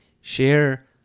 share